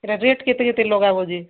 ଏଟା ରେଟ୍ କେତେ କେତେ ଲଗାଇବ ଯେ